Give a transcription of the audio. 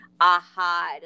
aha